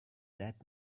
that